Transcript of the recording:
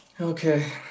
Okay